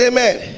Amen